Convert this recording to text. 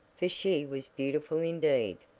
for she was beautiful indeed.